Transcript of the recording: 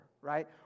right